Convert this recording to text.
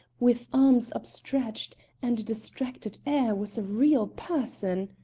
with arms upstretched and a distracted air, was a real person?